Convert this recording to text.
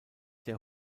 der